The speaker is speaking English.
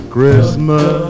Christmas